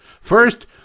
First